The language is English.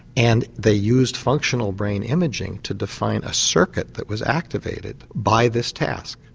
and they used functional brain imaging to define a circuit that was activated by this task.